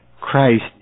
Christ